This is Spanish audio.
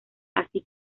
así